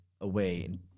away